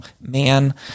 man